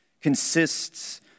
consists